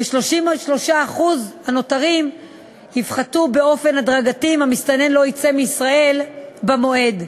ו-33% הנותרים יפחתו באופן הדרגתי אם המסתנן לא יצא מישראל במועד,